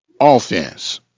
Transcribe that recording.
offense